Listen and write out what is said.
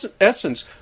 essence